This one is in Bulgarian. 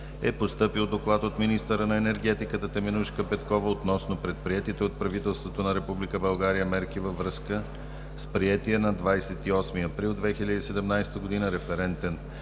е постъпил Доклад от министъра на енергетиката Теменужка Петкова относно предприетите от правителството на Република България мерки във връзка с приетия на 28 април 2017 г. Референтен